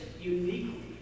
uniquely